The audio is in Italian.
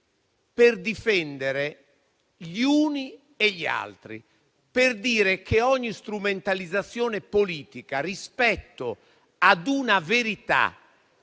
per difendere gli uni e gli altri, per dire che ogni strumentalizzazione politica rispetto ad una verità